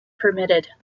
permitted